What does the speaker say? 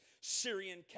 Syrian